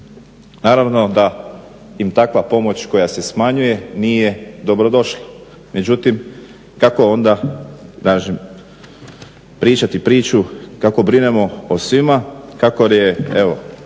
Naravno da im takva pomoć koja se smanjuje nije dobrodošla. Međutim, kako onda kažem pričati priču kako brinemo o svima, kako je